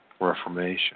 Reformation